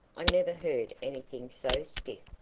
i never heard anything so stiff!